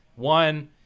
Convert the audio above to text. One